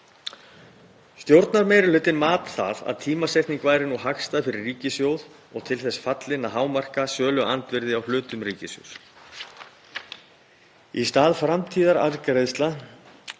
Stjórnarmeirihlutinn mat það svo að tímasetning væri nú hagstæð fyrir ríkissjóð og til þess fallin að hámarka söluandvirði á hlutum ríkissjóðs. Í stað framtíðararðgreiðslna